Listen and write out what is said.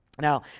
Now